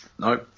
No